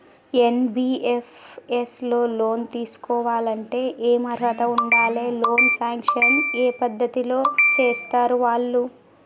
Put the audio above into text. NBFS లో loan తీస్కోవాలంటే ఏం అర్హత ఉండాలి? లోన్ సాంక్షన్ ఏ పద్ధతి లో చేస్తరు వాళ్లు?